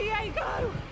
Diego